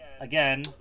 again